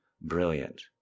Brilliant